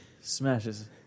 smashes